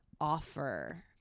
offer